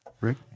Rick